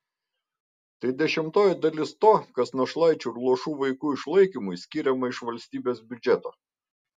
tai dešimtoji dalis to kas našlaičių ir luošų vaikų išlaikymui skiriama iš valstybės biudžeto